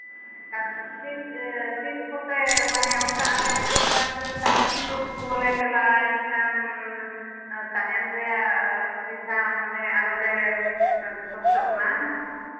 ᱟᱨ ᱛᱤᱥ ᱛᱤᱥ ᱠᱚᱛᱮ ᱢᱟᱱᱮ ᱚᱱᱠᱟ ᱟᱞᱮ ᱡᱟᱦᱟᱸᱞᱮᱠᱟ ᱥᱟᱺᱜᱤᱧ ᱥᱩᱨ ᱠᱚᱞᱮ ᱪᱟᱞᱟᱜᱼᱟ ᱮᱱᱠᱷᱟᱱ ᱛᱟᱦᱮᱱ ᱨᱮᱭᱟᱜ ᱥᱩᱵᱤᱫᱷᱟ ᱢᱟᱱᱮ ᱟᱞᱚ ᱞᱮ ᱠᱚᱥᱴᱚᱜ ᱢᱟ